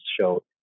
show